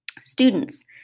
Students